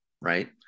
right